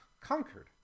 conquered